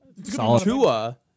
Chua